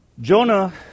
Jonah